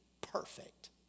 perfect